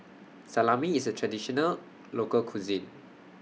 Salami IS A Traditional Local Cuisine